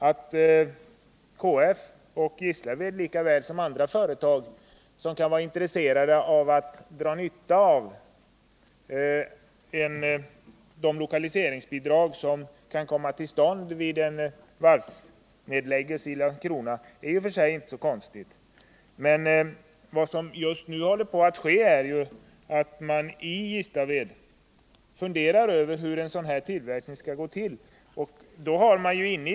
Att KF och Gislaved lika väl som andra företag kan vara intresserade av att dra nytta av de lokaliseringsbidrag som kan bli aktuella vid en varvsnedläggelse i Landskrona är i och för sig inte konstigt. Just nu håller man i Gislaved på att fundera över hur en sådan tillverkning som det här är fråga om skall gå till.